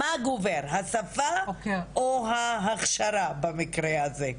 מה גובר, השפה או ההכשרה, במקרה הזה?